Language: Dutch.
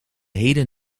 hele